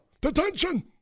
detention